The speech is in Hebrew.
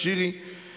ואת יודעת שאני פעלתי.